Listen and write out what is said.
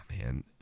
man